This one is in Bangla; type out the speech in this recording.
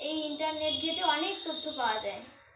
এই ইন্টারনেট ঘেঁটে অনেক তথ্য পাওয়া যায়